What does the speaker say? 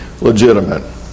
legitimate